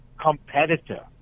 competitor